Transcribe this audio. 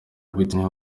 whitney